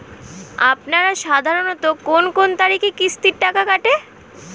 আপনারা সাধারণত কোন কোন তারিখে কিস্তির টাকা কাটে?